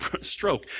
stroke